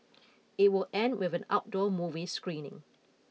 it will end with an outdoor movie screening